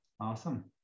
awesome